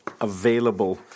available